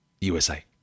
USA